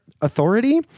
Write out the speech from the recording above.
Authority